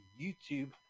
YouTube